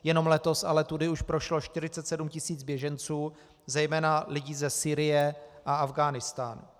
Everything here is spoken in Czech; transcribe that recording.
Jenom letos ale tudy už prošlo 47 tis. běženců, zejména lidí ze Sýrie a Afghánistánu.